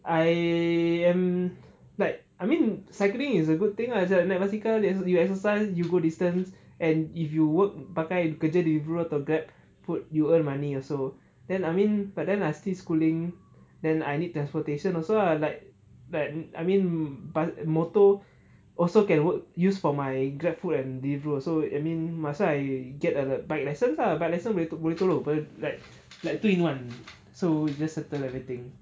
I am like I mean cycling is a good thing ah like naik basikal if you exercise you go distance and if you work pakai kerja deliveroo or grabfood you earn money also then I mean but then I still schooling then I need transportation also lah like but I mean by motor also can work use for my grabfood and deliveroo also so I mean might as well I get a bike license lah bike license boleh tolong apa like like two in one so just settle everything